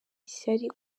ishyari